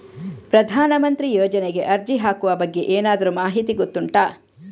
ಪ್ರಧಾನ ಮಂತ್ರಿ ಯೋಜನೆಗೆ ಅರ್ಜಿ ಹಾಕುವ ಬಗ್ಗೆ ಏನಾದರೂ ಮಾಹಿತಿ ಗೊತ್ತುಂಟ?